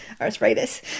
Arthritis